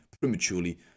prematurely